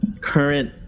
current